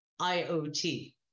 IOT